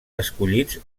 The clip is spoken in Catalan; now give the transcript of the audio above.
escollits